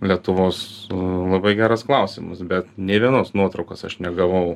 lietuvos labai geras klausimas bet nei vienos nuotraukos aš negavau